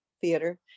Theater